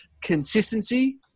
consistency